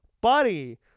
Buddy